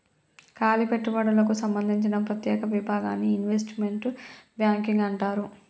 కాలి పెట్టుబడులకు సంబందించిన ప్రత్యేక విభాగాన్ని ఇన్వెస్ట్మెంట్ బ్యాంకింగ్ అంటారు